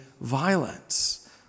violence